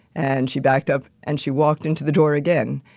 and she backed up, and she walked into the door again.